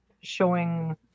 showing